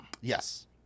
Yes